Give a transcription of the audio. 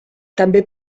també